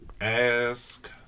ask